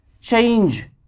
change